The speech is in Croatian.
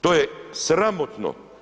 To je sramotno.